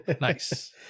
Nice